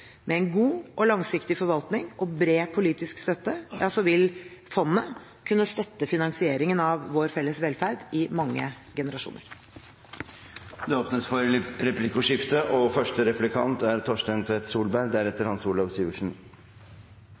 Med en god og langsiktig forvaltning, og bred politisk støtte, vil fondet kunne støtte finansieringen av vår felles velferd i mange generasjoner. Det blir replikkordskifte.